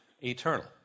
eternal